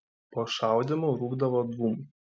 po šaudymų rūkdavo dūmai